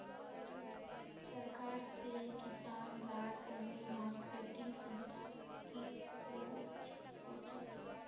सरकार से किसान लार तने मार्केटिंग सुविधा की होचे?